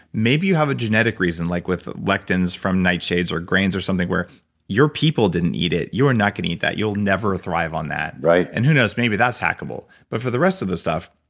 maybe you have a genetic reason like with lectins from nightshades, or grains or something, where your people didn't eat it. you're not going to eat that you'll never thrive on that right and who knows? maybe that's hackable. but for the rest of the stuff,